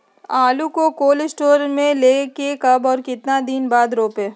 आलु को cold store से ले के कब और कितना दिन बाद रोपे?